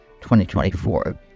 2024